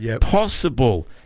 possible